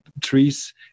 trees